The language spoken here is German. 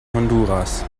honduras